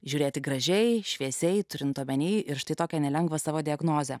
žiūrėti gražiai šviesiai turint omenyje ir štai tokią nelengvą savo diagnozę